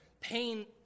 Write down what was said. pain